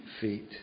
feet